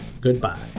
goodbye